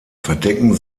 verdecken